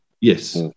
Yes